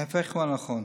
ההפך הוא הנכון,